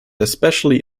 especially